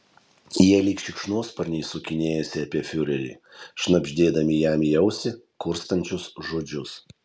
jie lyg šikšnosparniai sukinėjasi apie fiurerį šnabždėdami jam į ausį kurstančius žodžius